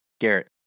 Garrett